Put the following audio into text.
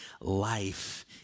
life